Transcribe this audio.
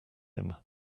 him